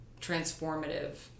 transformative